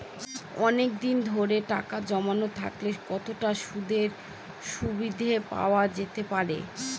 অনেকদিন ধরে টাকা জমানো থাকলে কতটা সুদের সুবিধে পাওয়া যেতে পারে?